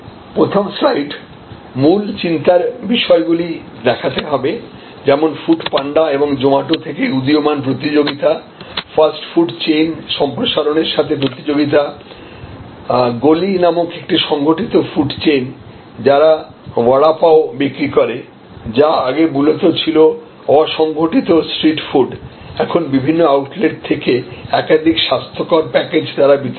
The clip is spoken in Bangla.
প্রথম স্লাইডে মূল চিন্তার বিষয় গুলি দেখাতে হবে যেমন ফুড পান্ডা এবং জোমাটো থেকে উদীয়মান প্রতিযোগিতা ফাস্টফুড চেইন সম্প্রসারণের সাথে প্রতিযোগিতা গলি নামক একটি সংগঠিত ফুড চেইন যারা ভাদা পাও বিক্রি করে যা আগে মূলত ছিল অসংগঠিত স্ট্রিট ফুড এখন বিভিন্ন আউটলেট থেকে একাধিক স্বাস্থ্যকর প্যাকেজ দ্বারা বিতরণ করে